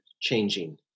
changing